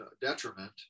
detriment